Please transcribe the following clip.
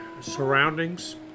surroundings